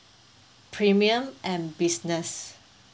premium and business